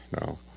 No